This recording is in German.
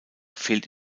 fehlt